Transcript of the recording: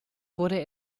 wurde